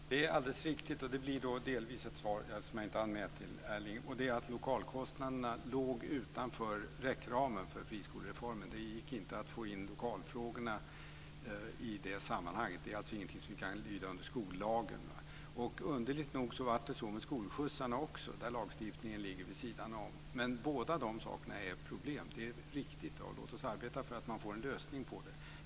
Herr talman! Det är alldeles riktigt, och det blir också delvis ett svar till Erling Wälivaara. Lokalkostnaderna låg utanför ramen för friskolereformen. Det gick inte att få in lokalfrågorna i det sammanhanget. Det är alltså ingenting som kan lyda under skollagen. Underligt nog blev det så också med skolskjutsarna. Där ligger lagstiftningen vid sidan om. Men båda dessa saker är ett problem, det är riktigt. Och låt oss arbeta för att det blir en lösning på det.